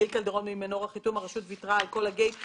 גיל קלדרון ממנורה חיתום "הרשות ויתרה על כל ה"גייט קיפינג",